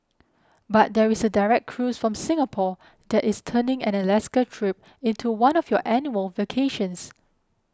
but there is a direct cruise from Singapore that is turning an Alaska trip into one of your annual vacations